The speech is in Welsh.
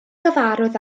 gyfarwydd